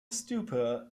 stupa